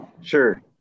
Sure